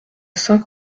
saint